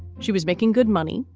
she was making good money.